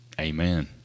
Amen